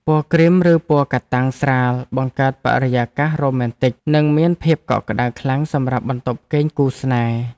ពណ៌គ្រីមឬពណ៌កាតាំងស្រាលបង្កើតបរិយាកាសរ៉ូមែនទិកនិងមានភាពកក់ក្តៅខ្លាំងសម្រាប់បន្ទប់គេងគូស្នេហ៍។